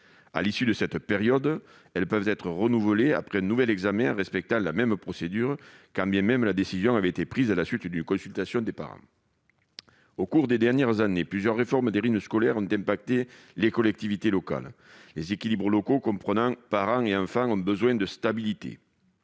À l'issue de cette période, elles peuvent être renouvelées après un nouvel examen en respectant la même procédure, quand bien même la décision a été prise à la suite d'une consultation des parents. Au cours des dernières années, plusieurs réformes des rythmes scolaires ont touché les collectivités locales. Les équilibres locaux, comprenant parents et enfants, ont besoin de stabilité.